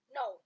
no